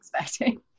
expecting